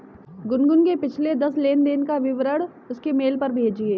गुनगुन के पिछले दस लेनदेन का विवरण उसके मेल पर भेजिये